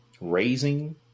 raising